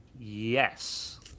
Yes